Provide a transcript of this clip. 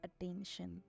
attention